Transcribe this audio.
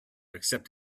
accept